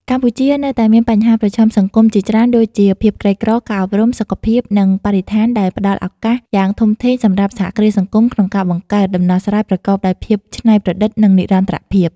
កម្ពុជានៅតែមានបញ្ហាប្រឈមសង្គមជាច្រើន ដូចជាភាពក្រីក្រ ការអប់រំ សុខភាព និងបរិស្ថានដែលផ្តល់ឱកាសយ៉ាងធំធេងសម្រាប់សហគ្រាសសង្គមក្នុងការបង្កើតដំណោះស្រាយប្រកបដោយភាពច្នៃប្រឌិត និងនិរន្តរភាព។